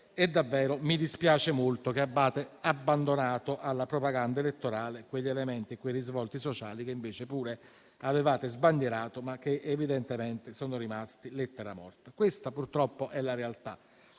e davvero mi dispiace molto che abbiate abbandonato alla propaganda elettorale quegli elementi e quei risvolti sociali che invece pure avevate sbandierato, ma che evidentemente sono rimasti lettera morta. Questa purtroppo è la realtà.